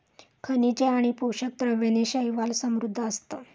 खनिजे आणि पोषक द्रव्यांनी शैवाल समृद्ध असतं